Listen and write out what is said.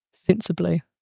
sensibly